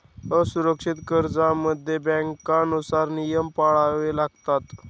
असुरक्षित कर्जांमध्ये बँकांनुसार नियम पाळावे लागतात